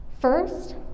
First